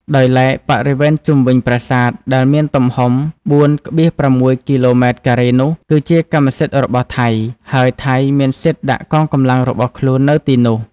ដោយឡែក បរិវេណជុំវិញប្រាសាទ ដែលមានទំហំ៤,៦គីឡូម៉ែត្រការ៉េនោះ គឺជាកម្មសិទ្ធិរបស់ថៃ ហើយថៃមានសិទ្ធិដាក់កងកម្លាំងរបស់ខ្លួន នៅទីនោះ។